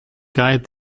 guide